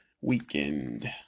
Weekend